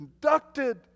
conducted